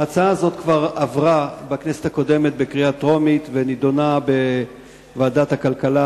ההצעה הזאת כבר עברה בכנסת הקודמת בקריאה טרומית ונדונה בוועדת הכלכלה,